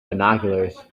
binoculars